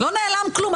לא נעלם כלום,